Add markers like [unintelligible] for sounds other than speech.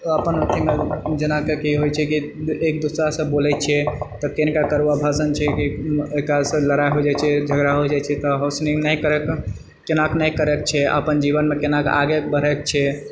अपन अथिमे जेनाके कि होइछै कि एक दूसरासे बोलए छिए तऽ किनकर कड़वा भाषण छैकि एकरासे लड़ाइ हो जाइछेै झगड़ा हो जाइछेै तऽ [unintelligible] नहि करैके केना नहि करैके छै अपन जीवनमे आगे बढ़एके छै